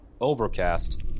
Overcast